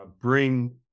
bring